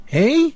Hey